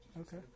Okay